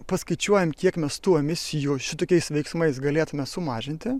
paskaičiuojame kiek mes tuo misijų šitokiais veiksmais galėtumėme sumažinti